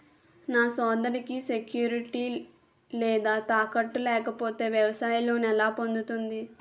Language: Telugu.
నా సోదరికి సెక్యూరిటీ లేదా తాకట్టు లేకపోతే వ్యవసాయ లోన్ ఎలా పొందుతుంది?